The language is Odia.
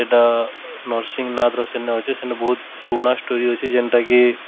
ସେଟା ନର୍ସିଂହନାଥ୍ର ସେନେ ଅଛି ସେନେ ବହୁତ୍ ପୁରୁଣା ଷ୍ଟୋରି ଅଛେ ଯେନ୍ଟାକି